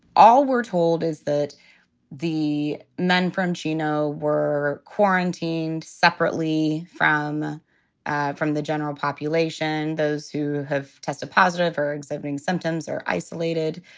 all we're told is that the men from chino were quarantined separately from the ah from the general population. those who have tested positive are exhibiting symptoms or isolated.